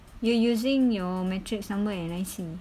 you using your matric somewhere and I_C